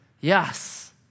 Yes